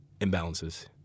imbalances